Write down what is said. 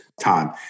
time